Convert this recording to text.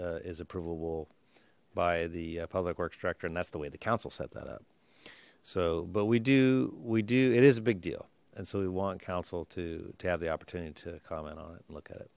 that is approvable by the public works director and that's the way the council set that up so but we do we do it is a big deal and so we want council to to have the opportunity to comment on it and look at it